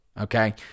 okay